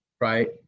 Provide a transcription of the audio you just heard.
right